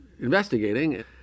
investigating